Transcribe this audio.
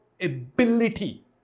ability